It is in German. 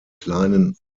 kleinen